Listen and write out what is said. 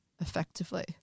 effectively